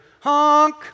honk